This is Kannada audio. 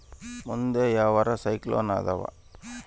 ಮುಂದೆ ಯಾವರ ಸೈಕ್ಲೋನ್ ಅದಾವ?